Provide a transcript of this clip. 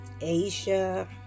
Asia